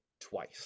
twice